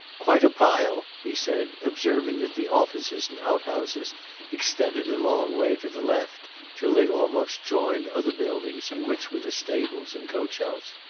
quite a pile, he said, observing that the offices and outhouses extended a long way to the left till they almost joined other buildings in which were the stables and coach-house.